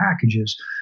packages